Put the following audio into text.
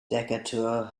decatur